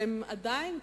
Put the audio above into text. ועדיין,